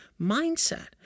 mindset